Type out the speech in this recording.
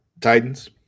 Titans